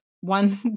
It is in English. one